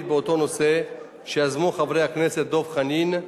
באותו נושא שיזמו חברי הכנסת דב חנין,